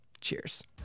Cheers